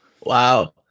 Wow